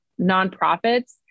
nonprofits